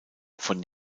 von